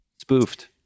Spoofed